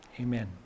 Amen